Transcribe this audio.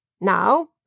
Now